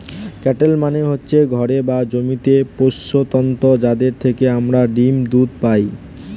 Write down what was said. cattle মানে হচ্ছে ঘরে বা জমিতে পোষ্য জন্তু যাদের থেকে আমরা ডিম, দুধ পাই